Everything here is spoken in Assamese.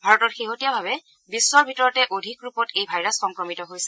ভাৰতত শেহতীয়াভাৱে বিশ্বৰ ভিতৰতে অধিক ৰূপত এই ভাইৰাছ সংক্ৰমিত হৈছে